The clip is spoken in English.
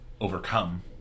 overcome